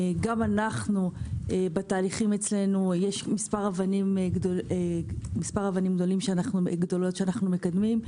גם בתהליכים אצלנו יש מספר אבנים גדולות שאנחנו מקדמים,